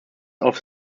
off